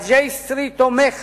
ה-J Sreet תומך